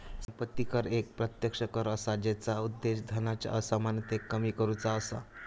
संपत्ती कर एक प्रत्यक्ष कर असा जेचा उद्देश धनाच्या असमानतेक कमी करुचा असा